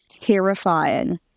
terrifying